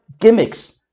gimmicks